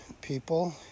people